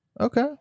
Okay